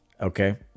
okay